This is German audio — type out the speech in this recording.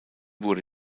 wurde